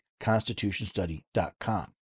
constitutionstudy.com